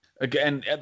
Again